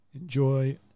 Enjoy